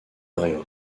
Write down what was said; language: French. rien